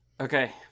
Okay